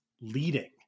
leading